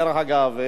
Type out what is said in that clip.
דרך אגב,